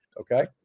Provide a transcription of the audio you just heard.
Okay